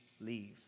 leave